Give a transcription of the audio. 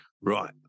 Right